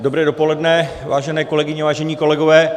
Dobré dopoledne, vážené kolegyně, vážení kolegové.